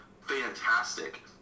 fantastic